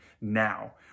now